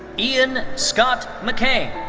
ian scott mccain.